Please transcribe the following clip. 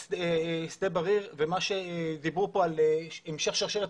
שדה בריר ומה שדיברו פה על המשך שרשרת